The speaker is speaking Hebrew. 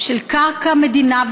של קרקע מדינה,